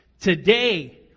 Today